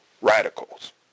radicals